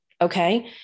Okay